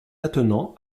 attenant